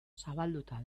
zabalduta